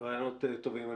רעיונות טובים.